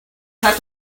had